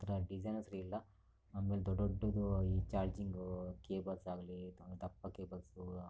ಒಂಥರ ಡಿಸೈನೆ ಸರಿಯಿಲ್ಲ ಆಮೇಲೆ ದೊಡ್ಡ ದೊಡ್ಡದು ಈ ಚಾರ್ಜಿಂಗು ಕೇಬಲ್ಸ್ ಆಗಲಿ ದಪ್ಪ ಕೇಬಲ್ಸು